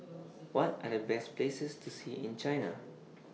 What Are The Best Places to See in China